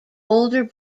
older